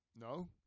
No